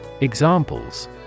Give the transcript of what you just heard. Examples